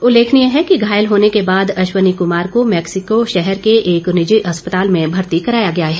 उल्लेखनीय है घायल होने के बाद अश्वनी कमार को मैक्सिको शहर के एक निजी अस्पताल में भर्ती कराया गया है